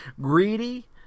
greedy